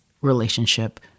relationship